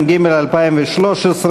התשע"ג 2013,